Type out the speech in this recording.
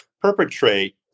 perpetrate